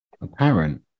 apparent